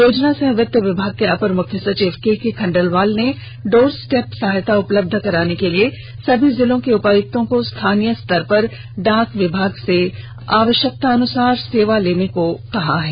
योजना सह वित्त विभाग के अपर मुख्य सचिव केके खंडेलवाल ने डोर स्टेप सहायता उपलब्ध कराने के लिए सभी जिलों के उपायुक्तों को स्थानीय स्तर पर डाक विभाग से आवश्यकतानुसार सेवा लेने के को कहा है